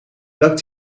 welk